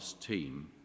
team